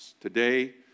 Today